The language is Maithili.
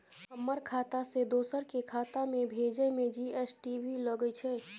हमर खाता से दोसर के खाता में भेजै में जी.एस.टी भी लगैछे?